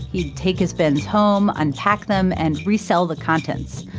he'd take his bins home, unpack them, and resell the contents.